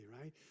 right